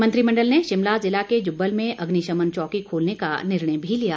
मंत्रिमण्डल ने शिमला जिला के जुब्बल में अग्निशमन चौकी खोलने का निर्णय भी लिया